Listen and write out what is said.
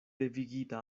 devigita